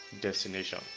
destination